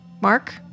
Mark